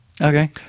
Okay